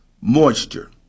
moisture